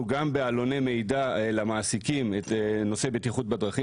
גם בעלוני מידע למעסיקים את נושא בטיחות בדרכים.